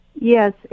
Yes